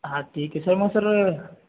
हा ठीक आहे सर मग सर